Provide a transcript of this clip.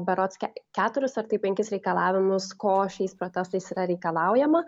berods keturis ar tai penkis reikalavimus ko šiais protestais yra reikalaujama